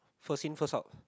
first in first out